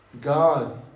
God